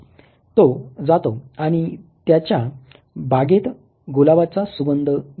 तो जातो आणि त्याच्या बागेत गुलाबाचा सुगंध घेतो